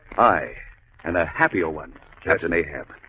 i and a happier one thousand a ham.